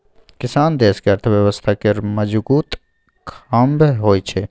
किसान देशक अर्थव्यवस्था केर मजगुत खाम्ह होइ छै